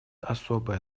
особое